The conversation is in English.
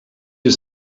you